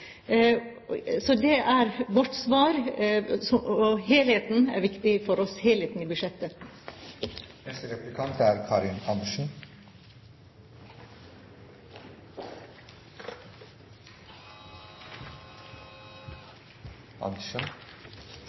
Så det er vårt svar. Helheten er viktig for oss – helheten i budsjettet. Det ene man kan si om Venstres alternative statsbudsjett, er